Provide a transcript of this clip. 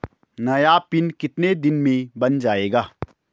नया पिन कितने दिन में बन जायेगा?